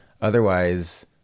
Otherwise